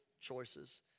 choices